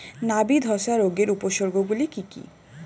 নাবি ধসা রোগের উপসর্গগুলি কি কি?